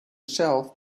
shelf